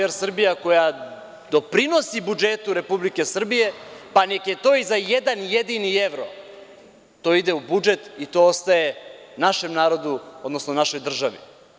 Air Srbija“ doprinosi budžetu Republike Srbije, pa nek je to i za jedan jedini evro, to ide u budžet i to ostaje našem narodu, odnosno našoj državi.